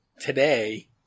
today